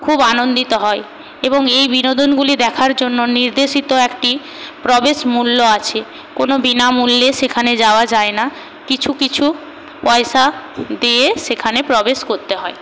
খুব আনন্দিত হয় এবং এই বিনোদনগুলি দেখার জন্য নির্দেশিত একটি প্রবেশ মূল্য আছে কোনো বিনামূল্যে সেখানে যাওয়া যায় না কিছু কিছু পয়সা দিয়ে সেখানে প্রবেশ করতে হয়